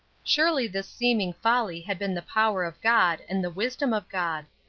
surely this seeming folly had been the power of god, and the wisdom of god.